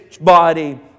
body